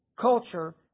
culture